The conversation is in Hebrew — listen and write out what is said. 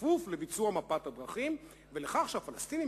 בכפוף לביצוע מפת הדרכים ולכך שהפלסטינים